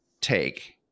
take